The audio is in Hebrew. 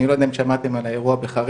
אני לא יודע אם שמעתם על האירוע בחריש,